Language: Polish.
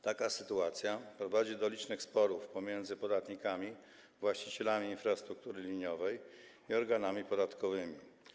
Taka sytuacja prowadzi do licznych sporów pomiędzy podatnikami, właścicielami infrastruktury liniowej i organami podatkowymi.